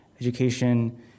Education